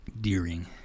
Deering